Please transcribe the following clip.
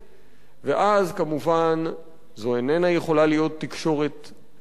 ואז כמובן זו איננה יכולה להיות תקשורת עצמאית,